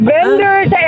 Vendors